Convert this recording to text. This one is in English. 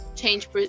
change